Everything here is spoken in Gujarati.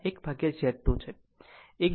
1 ભાગ્યા Z એ Y છે